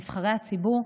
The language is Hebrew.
נבחרי הציבור,